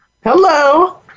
Hello